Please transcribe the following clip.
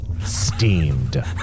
steamed